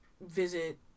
visit